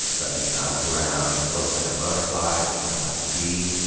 let me bounce around, float like a butterfly and sting like a bee,